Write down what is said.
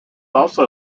also